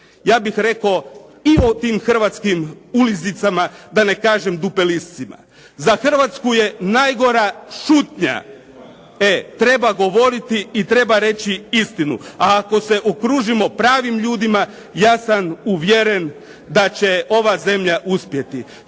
ja bih rekao i o tim hrvatskim ulizicama, da ne kažem dupeliscima. Za Hrvatsku je najgora šutnja! Treba govoriti i treba reći istinu, a ako se okružimo pravim ljudima ja sam uvjeren da će ova zemlja uspjeti.